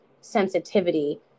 sensitivity